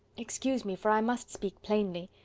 excuse me, for i must speak plainly.